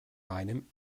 meinem